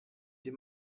die